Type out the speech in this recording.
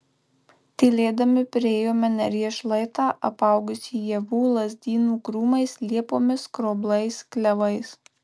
tylėdami priėjome neries šlaitą apaugusį ievų lazdynų krūmais liepomis skroblais klevais